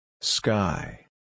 Sky